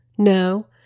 No